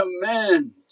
command